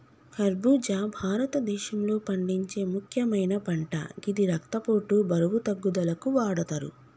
ఖర్బుజా భారతదేశంలో పండించే ముక్యమైన పంట గిది రక్తపోటు, బరువు తగ్గుదలకు వాడతరు